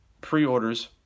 pre-orders